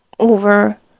over